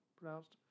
pronounced